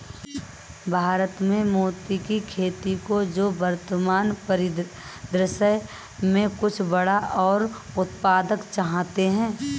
भारत में मोती की खेती जो वर्तमान परिदृश्य में कुछ बड़ा और उत्पादक चाहते हैं